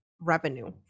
revenue